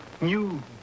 new